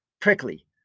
prickly